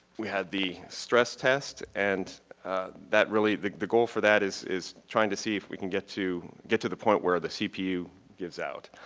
we had the stress test and really the the goal for that is is trying to see if we can get to get to the point where the cpu gives out.